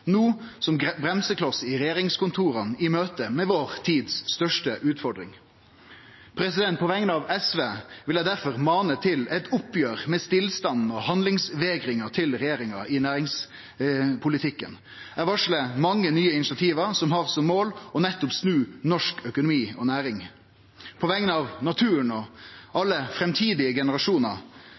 no som bremsekloss i regjeringskontora i møte med vår tids største utfordring. På vegner av SV vil eg difor mane til eit oppgjer med stillstanden og handlingsvegringa til regjeringa i næringspolitikken. Eg varslar mange nye initiativ som har som mål nettopp å snu norsk økonomi og næring. På vegner av naturen og alle framtidige generasjonar: